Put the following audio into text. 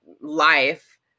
life